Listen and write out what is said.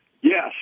Yes